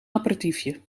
aperitiefje